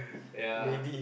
ya